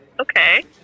Okay